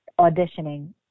auditioning